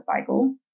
cycle